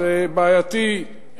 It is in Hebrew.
זה בעייתי,